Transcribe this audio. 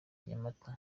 nyamata